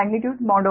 magnitude